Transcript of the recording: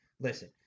Listen